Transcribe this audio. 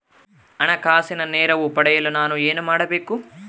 ಹಣಕಾಸಿನ ನೆರವು ಪಡೆಯಲು ನಾನು ಏನು ಮಾಡಬೇಕು?